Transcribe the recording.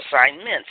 assignments